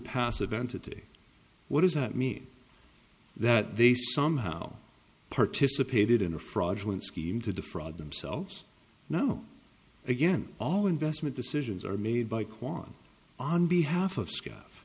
passive entity what does that mean that they somehow participated in a fraudulent scheme to defraud themselves no again all investment decisions are made by kwan on behalf of s